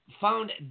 found